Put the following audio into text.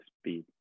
speed